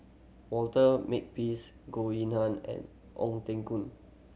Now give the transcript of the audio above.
Walter Makepeace Goh Yihan and Ong Teng Koon